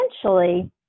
essentially